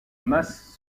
masse